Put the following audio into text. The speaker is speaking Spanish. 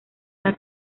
una